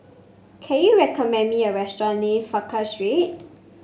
can you recommend me a restaurant near Frankel Street